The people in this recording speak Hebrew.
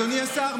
אדוני השר,